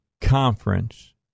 conference